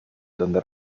donde